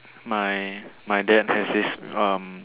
my my dad has this um